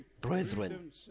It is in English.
brethren